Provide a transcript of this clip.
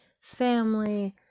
family